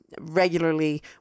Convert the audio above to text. regularly